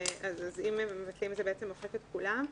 כי אם זה בעצם מוחק את כולם,